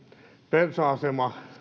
bensa asema